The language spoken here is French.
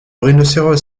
rhinocéros